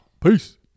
Peace